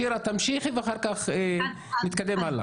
שירה, תמשיכי ואחר כך נתקדם הלאה.